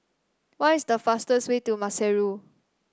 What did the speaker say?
what is the fastest way to Maseru